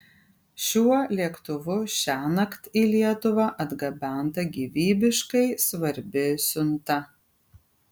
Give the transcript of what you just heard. šiuo lėktuvu šiąnakt į lietuvą atgabenta gyvybiškai svarbi siunta